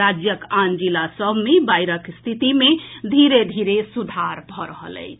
राज्यक आन जिला सभ मे बाढ़िक स्थिति मे धीरे धीरे सुधार भऽ रहल अछि